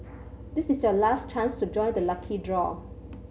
this is your last chance to join the lucky draw